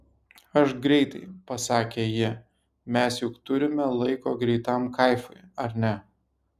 aš greitai pasakė ji mes juk turime laiko greitam kaifui ar ne